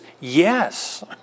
yes